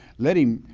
let him,